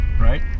Right